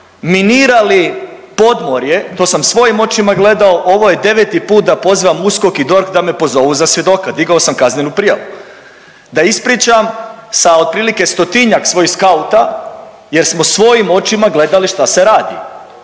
rive, minirali podmorje, to sam svojim očima gledao, ovo je 8 puta da pozivam USKOK i DORH da me pozovu za svjedoka, digao sam kaznenu prijavu, da ispričam sa otprilike stotinjak svojih skauta jer smo svojim očima gledali šta se radi.